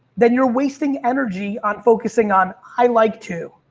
then you're wasting energy on focusing on highlight two.